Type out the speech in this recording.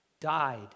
died